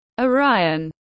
Orion